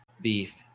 beef